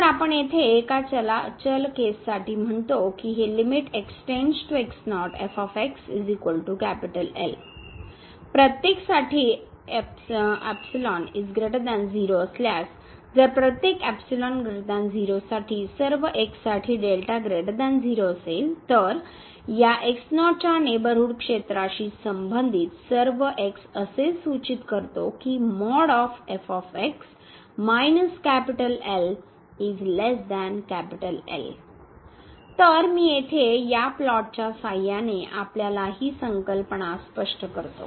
तर आपण येथे एका चल केससाठी म्हणतो की हे प्रत्येकसाठी असल्यास जर प्रत्येक ϵ 0 साठी असेल तर या x0 च्या नेबरहूड क्षेत्राशी संबंधित सर्व x असे सूचित करते की तर मी येथे या प्लॉटच्या सहाय्याने आपल्याला ही संकल्पना स्पष्ट करतो